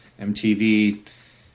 MTV